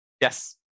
Yes